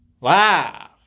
Laugh